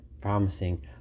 promising